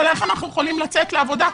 אבל איך אנחנו יכולים לצאת לעבודה?